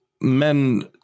men